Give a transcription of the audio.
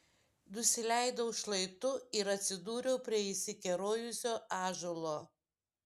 nusileidau šlaitu ir atsidūriau prie išsikerojusio ąžuolo